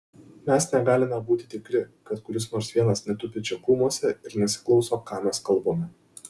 mes negalime būti tikri kad kuris nors vienas netupi čia krūmuose ir nesiklauso ką mes kalbame